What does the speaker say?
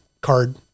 card